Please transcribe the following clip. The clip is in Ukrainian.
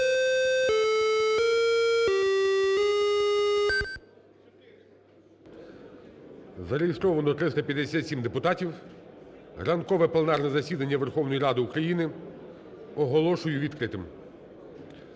Зареєстровано 357 депутатів. Ранкове пленарне засідання Верховної Ради України оголошую відкритим.